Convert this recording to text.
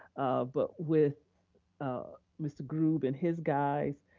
but with mr. grube and his guys,